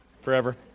Forever